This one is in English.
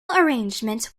arrangement